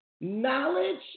knowledge